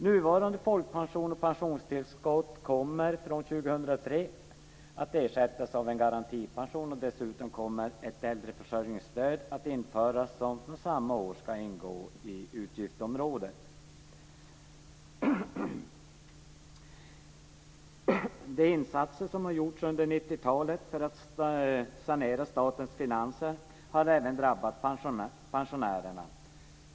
Nuvarande folkpension och pensionstillskott kommer från år 2003 att ersättas av en garantipension, och dessutom kommer ett äldreförsörjningsstöd att införas som från samma år ska ingå i utgiftsområdet. De insatser som har gjorts under 1990-talet för att sanera statens finanser har även drabbat pensionärerna.